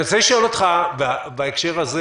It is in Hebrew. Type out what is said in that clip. אני רוצה לשאול אותך בהקשר הזה,